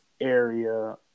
area